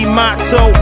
motto